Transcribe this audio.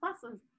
classes